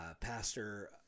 Pastor